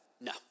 No